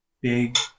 big